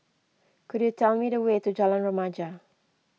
could you tell me the way to Jalan Remaja